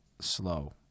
slow